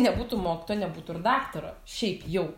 nebūtų mokytojo nebūtų ir daktaro šiaip jau